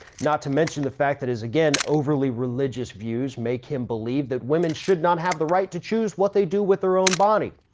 not to mention the fact that his, again, overly religious views make him believe that women should not have the right to choose what they do with their own body.